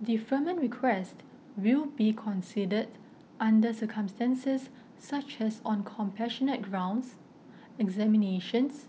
deferment requests will be considered under circumstances such as on compassionate grounds examinations